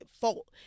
fault